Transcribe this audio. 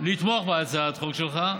לתמוך בהצעת החוק שלך,